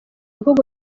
bihugu